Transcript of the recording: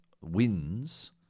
wins